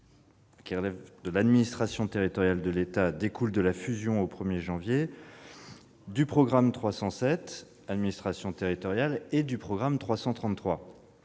programme 354, « Administration territoriale de l'État » découle de la fusion, au 1 janvier, du programme 307, « Administration territoriale », et du programme 333.